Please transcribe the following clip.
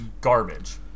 Garbage